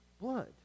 blood